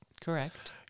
Correct